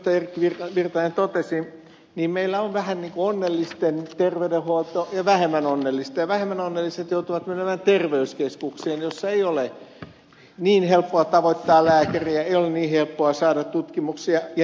erkki virtanen aivan oikein totesi meillä on vähän niin kuin onnellisten terveydenhuolto ja vähemmän onnellisten ja vähemmän onnelliset joutuvat menemään terveyskeskukseen jossa ei ole niin helppoa tavoittaa lääkäriä ei ole niin helppoa saada tutkimuksia ja niin edelleen